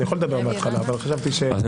אני יכול לדבר בהתחלה, אבל חשבתי לדבר אחר כך.